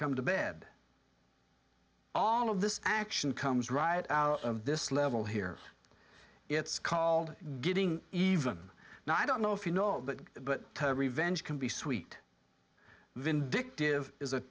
come to bed all of this action comes right out of this level here it's called getting even now i don't know if you know that but revenge can be sweet vindictive is a